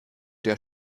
der